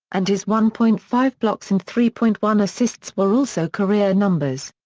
and his one point five blocks and three point one assists were also career numbers.